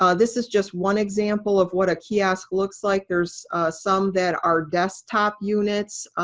um this is just one example of what a kiosk looks like. there's some that are desktop units,